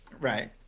right